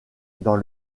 dans